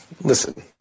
Listen